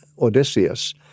Odysseus